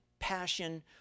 passion